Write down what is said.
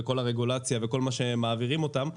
כל הרגולציה וכל מה שמעבירים אותם,